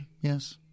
Yes